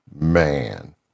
Man